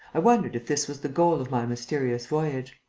i wondered if this was the goal of my mysterious voyage.